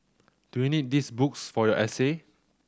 do you need these books for your essay